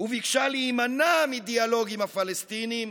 וביקשה להימנע מדיאלוג עם הפלסטינים